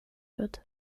wird